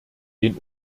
den